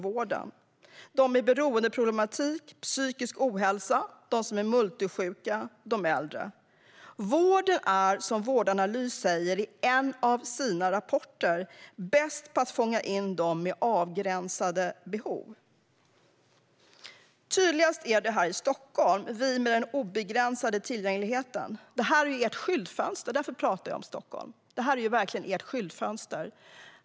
Det gäller dem med beroendeproblematik, dem som har psykisk ohälsa, dem som är multisjuka och de äldre. Vården är, som Vårdanalys säger i en av sina rapporter, bäst på att fånga in dem med avgränsade behov. Tydligast är det här i Stockholm, där vi har den obegränsade tillgängligheten. Detta är ert skyltfönster. Därför pratar jag om Stockholm. Det är verkligen ert skyltfönster.